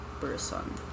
person